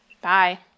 Bye